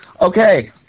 Okay